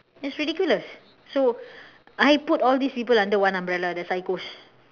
it's ridiculous so I put all these people under one umbrella that's why I curse